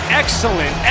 excellent